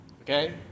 okay